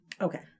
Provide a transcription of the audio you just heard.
Okay